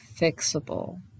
fixable